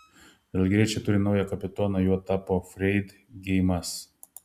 žalgiriečiai turi naują kapitoną juo tapo freidgeimas